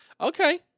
Okay